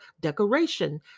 decoration